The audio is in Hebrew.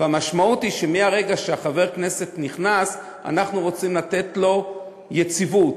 והמשמעות היא שמהרגע שחבר הכנסת נכנס אנחנו רוצים לתת לו יציבות,